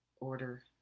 order